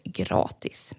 gratis